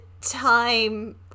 time